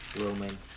Roman